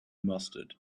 mustard